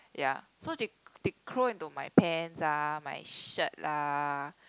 ya so they they crawl into my pants ah my shirt lah